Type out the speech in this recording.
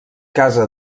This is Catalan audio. casa